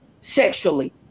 sexually